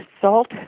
salt